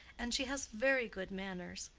and she has very good manners.